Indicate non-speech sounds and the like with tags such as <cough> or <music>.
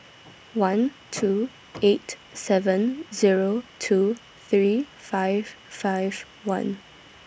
one two <noise> eight seven Zero two three five five one